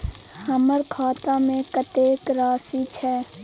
हमर खाता में कतेक राशि छै?